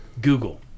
Google